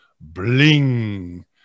bling